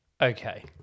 Okay